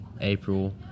April